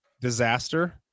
disaster